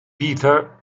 peter